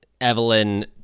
Evelyn